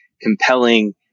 compelling